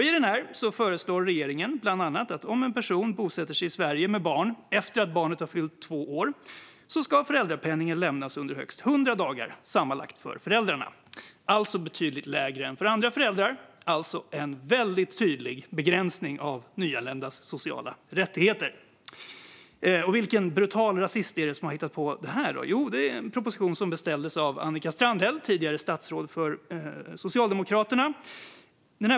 I den föreslår regeringen bland annat att om en person bosätter sig i Sverige med barn efter att barnet har fyllt två år ska föräldrapenning lämnas under högst 100 dagar sammanlagt för föräldrarna, alltså betydligt lägre än för andra föräldrar, alltså en tydlig begränsning av nyanländas sociala rättigheter. Vilken brutal rasist är det då som har hittat på detta? Jo, propositionen beställdes av Annika Strandhäll, tidigare statsråd för Socialdemokraterna.